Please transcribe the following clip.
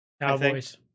Cowboys